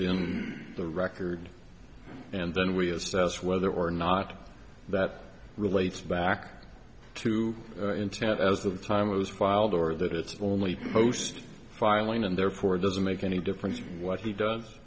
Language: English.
in the record and then we assess whether or not that relates back to intent as of the time it was filed or that it's only post filing and therefore doesn't make any difference what he does